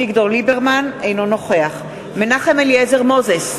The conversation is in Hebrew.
אינו נוכח מנחם אליעזר מוזס,